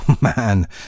Man